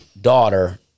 daughter